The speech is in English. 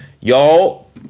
Y'all